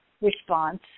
response